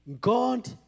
God